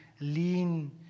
Lean